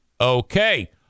Okay